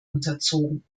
unterzogen